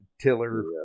tiller